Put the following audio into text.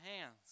hands